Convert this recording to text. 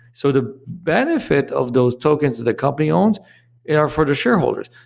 so the benefit of those tokens that the company owns and are for the shareholders.